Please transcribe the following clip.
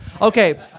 Okay